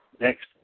next